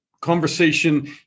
conversation